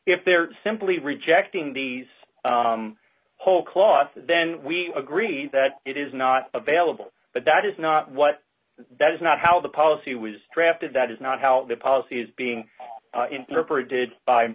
if they're simply rejecting the whole cloth then we agreed that it is not available but that is not what that is not how the policy was drafted that is not how the policy is being interpreted by